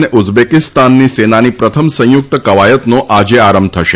અને ઉઝબેકિસ્તાનની સેનાની પ્રથમ સંયુક્ત કવાયતનો આજે આરંભ થશે